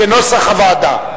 כנוסח הוועדה.